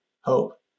hope